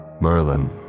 Merlin